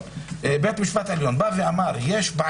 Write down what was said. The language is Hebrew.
ויכול להיות שיש סמכות לוועדה לא לאשר לגבי